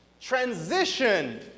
transition